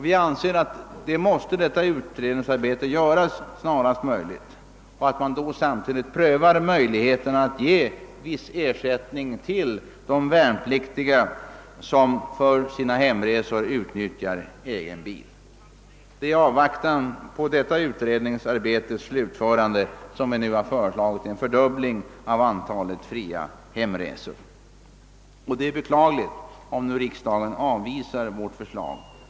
Vi anser att så måste ske snarast möjligt. Man måste också pröva möjligheten att ge viss ersättning till de värnpliktiga som för sina hemresor utnyttjar egen bil. Det är i avvaktan på detta utredningsarbetes slutförande som vi nu har föreslagit en fördubbling av antalet fria hemresor. Det är beklagligt om riksdagen nu avvisar vårt förslag.